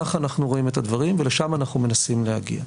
ככה אנחנו רואים את הדברים ולשם אנחנו מנסים להגיע.